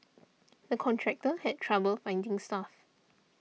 the contractor had trouble finding staff